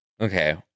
Okay